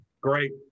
great